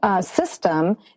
system